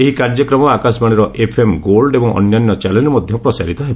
ଏହି କାର୍ଯ୍ୟକ୍ରମ ଆକାଶବାଣୀର ଏଫ୍ଏମ୍ ଗୋଲ୍ଡ ଏବଂ ଅନ୍ୟାନ୍ୟ ଚାନେଲ୍ରେ ମଧ୍ୟ ପ୍ରସାରିତ ହେବ